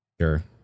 Sure